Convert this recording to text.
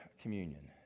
communion